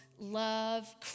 love